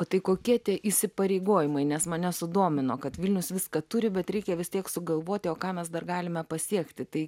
o tai kokie tie įsipareigojimai nes mane sudomino kad vilnius viską turi bet reikia vis tiek sugalvoti o ką mes dar galime pasiekti tai